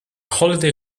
holiday